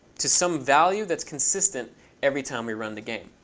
to some value that's consistent every time we run the game.